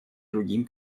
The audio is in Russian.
другим